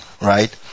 right